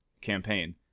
campaign